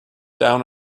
down